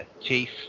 chief